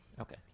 Okay